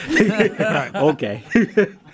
Okay